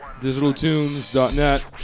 DigitalTunes.net